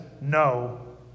no